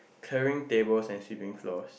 clearing tables and sweeping floors